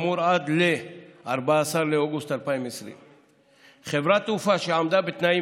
כאמור עד 14 באוגוסט 2020. חברת תעופה שעמדה בתנאים